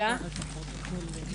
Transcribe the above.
תודה, הישיבה נעולה.